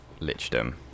lichdom